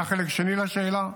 היה חלק שני לשאלה,